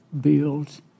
builds